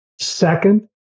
Second